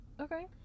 okay